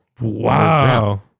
wow